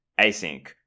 Async